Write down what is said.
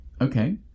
okay